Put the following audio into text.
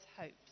hopes